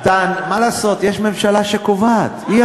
מה לעשות, יש ממשלה שקובעת, היא